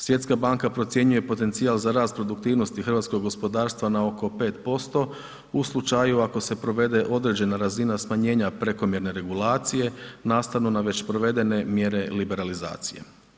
Svjetska banka procjenjuje potencijal za rast produktivnosti hrvatskog gospodarstva na oko 5% u slučaju ako se provede određena razina smanjenja prekomjerne regulacije nastavno na već provedene mjere liberalizacije.